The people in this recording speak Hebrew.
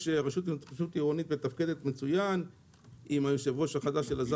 הרשות הממשלתית להתחדשות עירונית מתפקדת מצוין עם המנהל החדש שלה,